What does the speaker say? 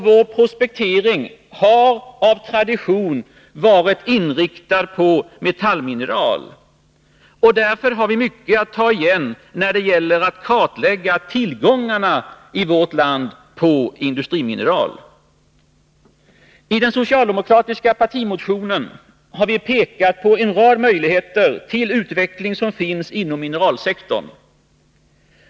Vår prospektering har av tradition varit inriktad på metallmineral. Därför har vi mycket att ta igen när det gäller att kartlägga tillgångarna på industrimineral i vårt land. I den socialdemokratiska partimotionen har vi pekat på en rad möjligheter till utveckling som finns inom mineralsektorn.